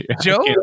Joe